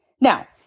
Now